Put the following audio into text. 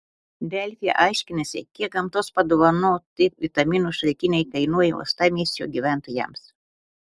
delfi aiškinasi kiek gamtos padovanoti vitaminų šaltiniai kainuoja uostamiesčio gyventojams